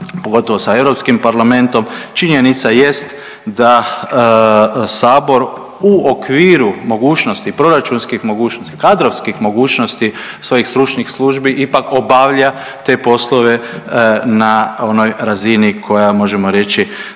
pogotovo sa Europskim parlamentom činjenica jest da sabor u okviru mogućnosti, proračunskih mogućnosti, kadrovskih mogućnosti svojih stručnih službi ipak obavlja te poslove na onoj razini koja možemo reći